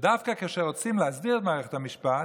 שדווקא כאשר רוצים להסדיר את מערכת המשפט,